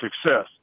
success